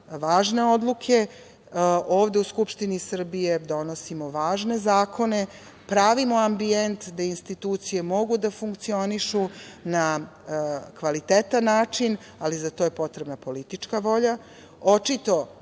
važne odluke. Ovde u Skupštini Srbije donosimo važne zakone, pravimo ambijent da institucije mogu da funkcionišu na kvalitetan način, ali za to je potrebna politička volja.